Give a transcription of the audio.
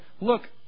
look